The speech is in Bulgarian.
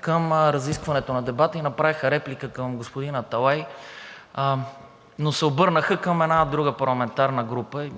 към разискването на дебата и направиха реплика към господин Аталай, но се обърнаха към една друга парламентарна група.